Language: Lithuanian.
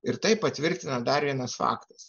ir tai patvirtina dar vienas faktas